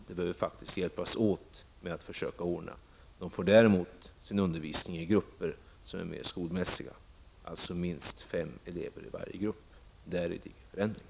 Man behöver hjälpas åt med att ordna undervisningen. De får däremot sin undervisning i grupper som är mer skolmässiga, dvs. minst fem elever i varje grupp. Däri ligger förändringen.